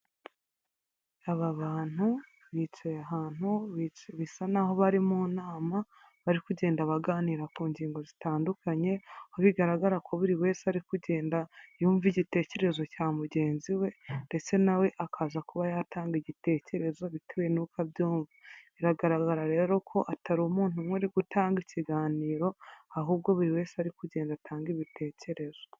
Aba bantu bicaye ahantu bisa n'aho bari mu nama bari kugenda baganira ku ngingo zitandukanye bigaragara ko buri wese ari kugenda yumva igitekerezo cya mugenzi we ndetse nawe akaza kuba yatanga igitekerezo bitewe n'uko abyumva biragaragara rero ko atari umuntu umweru uri gutanga ikiganiro ahubwo buri wese ari kugenda atanga ibitekerezo.